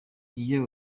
iyo